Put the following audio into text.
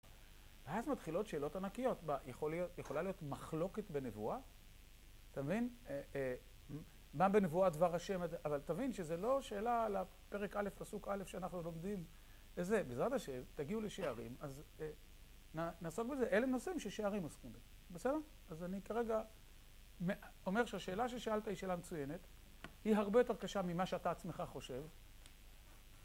ואז מתחילות שאלות ענקיות. יכול להיות, יכולה להיות מחלוקת בנבואה? אתה מבין? מה בנבואה דבר השם הזה אבל תבין שזה לא שאלה על הפרק א' פסוק א' שאנחנו לומדים וזה בעזרת השם תגיעו לשערים אז נעסוק בזה אלה נושאים ששערים עוסקים בהם. בסדר? אז אני כרגע אומר שהשאלה ששאלת היא שאלה מצוינת, היא הרבה יותר קשה ממה שאתה עצמך חושב